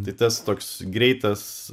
tai tas toks greitas